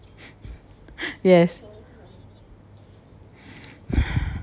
yes